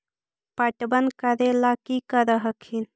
पटबन करे ला की कर हखिन?